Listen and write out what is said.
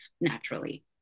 naturally